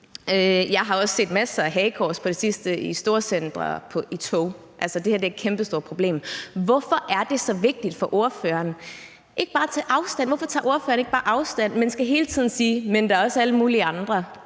Jeg har også set masser af hagekors på det sidste i storcentre og i tog. Altså, det her er et kæmpestort problem. Hvorfor er det så vigtigt for ordføreren ikke bare at tage afstand? Hvorfor tager ordføreren ikke bare afstand, men skal hele tiden sige, at der også er alle mulige andre?